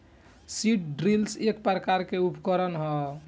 seed drill एक प्रकार के उकरण ह